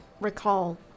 recall